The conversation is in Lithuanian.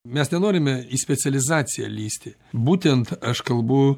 mes nenorime į specializaciją lįsti būtent aš kalbu